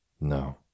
No